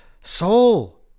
Soul